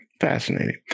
Fascinating